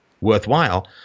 Worthwhile